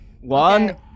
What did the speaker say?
One